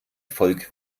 volk